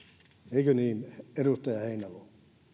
eikö niin edustaja heinäluoma